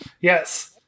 Yes